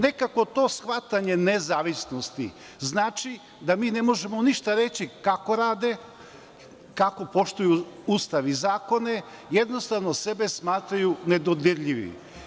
Nekako to shvatanje nezavisnosti znači da mi ne možemo ništa kako rade, kako poštuju Ustav i zakone, jednostavno sebe smatraju nedodirljivim.